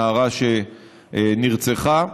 הנערה שנרצחה,